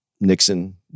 Nixon